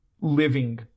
living